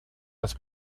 das